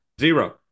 Zero